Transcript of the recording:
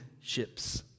ships